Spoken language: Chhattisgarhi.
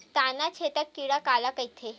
तनाछेदक कीट काला कइथे?